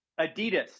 Adidas